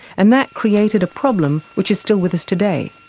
and that created a problem which is still with us today,